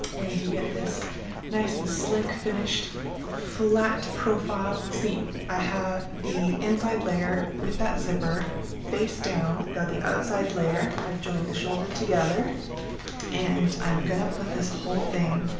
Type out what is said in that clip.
and you get this nice and slick finished flat profile seam. i have the inside layer with that zipper face down, got the outside layer i've joined the shoulder together and i'm gonna put this whole thing